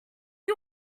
you